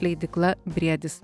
leidykla briedis